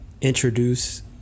introduce